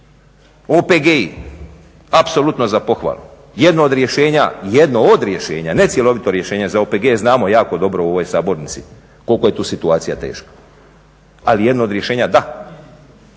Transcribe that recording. OPG apsolutno za pohvalu, jedno od rješenja ne cjelovito rješenje za OPG-e znamo jako dobro u ovoj sabornici koliko je tu situacija teška, ali jedno od rješenja da.